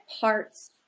parts